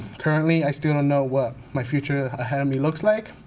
currently i still don't know what my future ahead of me looks like,